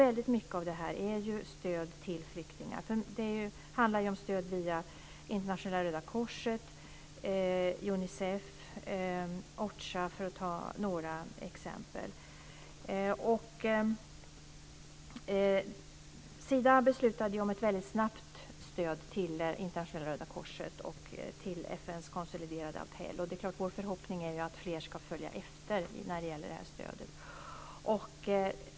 Väldigt mycket av detta är stöd till flyktingaar. Det handlar om stöd via Internationella Röda korset, Unicef och OCHA, för att ge några exempel. Sida beslutade ju om ett väldigt snabbt stöd till Internationella Röda korset och till FN:s konsoliderade appell, och det är naturligtvis vår förhoppning att fler ska följa efter med sådant stöd.